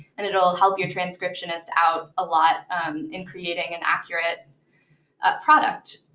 and it'll help your transcriptionist out a lot in creating an accurate ah product.